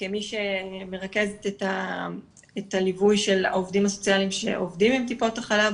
כמי שמרכזת את הליווי של העובדים הסוציאליים שעובדים עם טיפות החלב